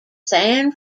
san